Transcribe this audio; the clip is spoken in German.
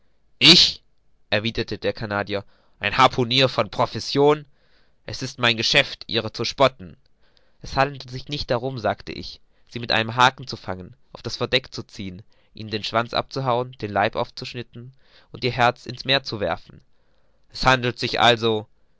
ich erwiderte der canadier ein harpunier von profession es ist ja mein geschäft ihrer zu spotten es handelt sich nicht darum sagte ich sie mit einem haken zu fangen auf das verdeck zu ziehen ihnen den schwanz abzuhauen den leib aufzuschlitzen und ihr herz in's meer zu werfen es handelt sich also